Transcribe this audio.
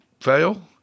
fail